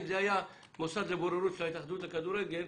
זה היה מוסד לבוררות של ההתאחדות לכדורגל,